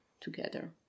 together